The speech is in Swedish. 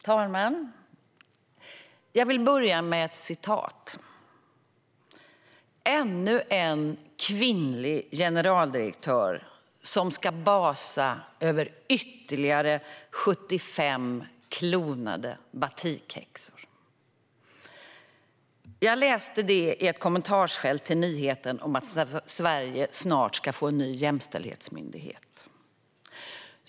Herr talman! Jag vill börja med ett citat: "Ännu en kvinnlig generaldirektör som ska basa över ytterligare 75 klonade batikhäxor". Detta läste jag i ett kommentarsfält till nyheten om att Sverige snart ska få en ny jämställdhetsmyndighet.